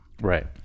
Right